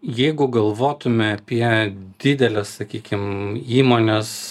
jeigu galvotume apie dideles sakykim įmones